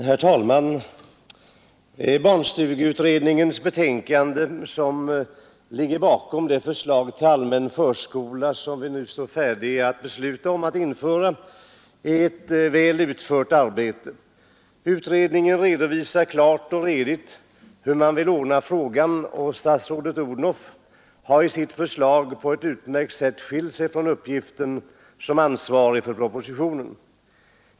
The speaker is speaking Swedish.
Herr talman! Barnstugeutredningens betänkande, som ligger till grund för det förslag till allmän förskola som vi nu står färdiga att besluta om att införa, är ett väl utfört arbete. Utredningen redovisar klart och redigt hur man vill ordna frågan, och statsrådet Odhnoff har i sitt förslag på ett utmärkt sätt skilt sig från uppgiften som ansvarig för propositionen.